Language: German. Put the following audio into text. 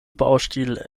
baustil